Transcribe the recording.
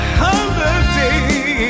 holiday